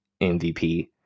MVP